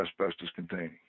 asbestos-containing